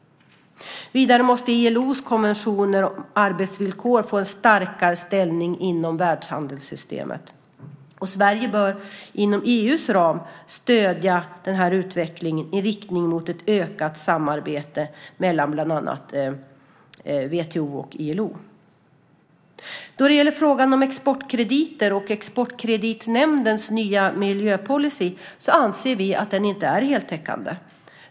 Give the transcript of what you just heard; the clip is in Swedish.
Vidare måste ILO:s konventioner om arbetsvillkor få en starkare ställning inom världshandelssystemet. Sverige bör inom EU:s ram stödja den här utvecklingen i riktning mot ett ökat samarbete mellan bland andra WTO och ILO. Då det gäller frågan om exportkrediter och Exportkreditnämndens nya miljöpolicy anser vi att den inte är heltäckande.